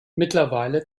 mittlerweile